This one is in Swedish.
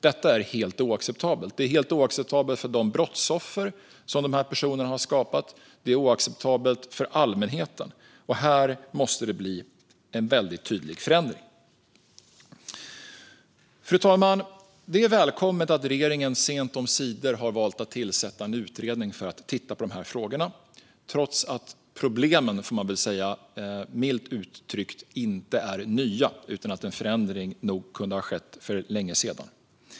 Detta är helt oacceptabelt för brottsoffren, och det är oacceptabelt för allmänheten. Här måste det bli en tydlig förändring. Fru talman! Det är välkommet att regeringen sent omsider har valt att tillsätta en utredning för att titta på frågorna, trots att problemen, milt uttryckt, inte är nya. En förändring hade nog kunnat ske för länge sedan.